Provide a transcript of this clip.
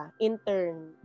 intern